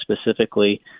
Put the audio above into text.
specifically –